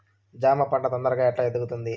జామ పంట తొందరగా ఎట్లా ఎదుగుతుంది?